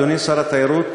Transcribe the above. אדוני שר התיירות,